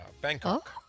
Bangkok